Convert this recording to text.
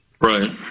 Right